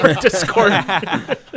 Discord